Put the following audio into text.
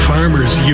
Farmer's